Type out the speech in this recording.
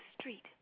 street